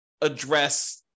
address